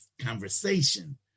conversation